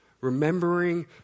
Remembering